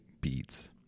beads